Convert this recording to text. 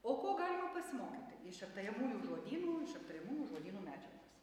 o ko galima pasimokyti iš aptariamųjų žodynų iš aptariamųjų žodynų medžiagos